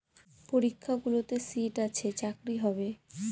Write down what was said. পরীক্ষাগুলোতে সিট আছে চাকরি হবে